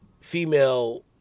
female